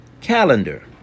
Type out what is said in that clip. calendar